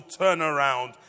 turnaround